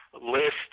list